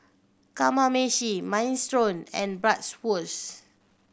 Kamameshi Minestrone and Bratwurst